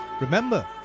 remember